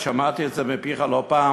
ושמעתי את זה מפיך לא פעם,